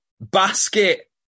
Basket